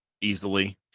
easily